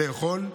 לאכול.